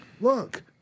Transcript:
look